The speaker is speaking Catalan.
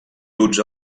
duts